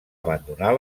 abandonar